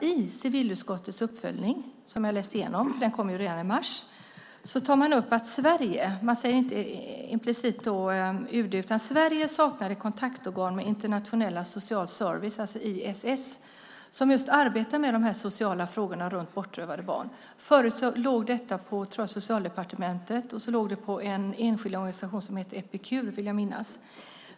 I civilutskottets uppföljning, som kom redan i mars och som jag har läst igenom, tar man upp att Sverige - man skriver inte UD - saknar kontaktorgan med International Social Service, ISS, som arbetar med de sociala frågorna runt bortrövade barn. Förut låg detta på Socialdepartementet, tror jag, sedan på en enskild organisation som hette Epikur, vill jag minnas.